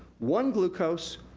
one glucose,